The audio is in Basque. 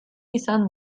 izan